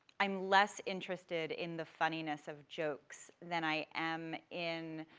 i'm less interested in the funniness of jokes than i am in